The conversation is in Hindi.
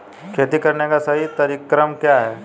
खेती करने का सही क्रम क्या है?